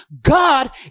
God